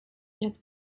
yet